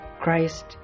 Christ